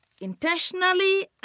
intentionally